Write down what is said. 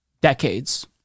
decades